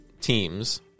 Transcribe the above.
teams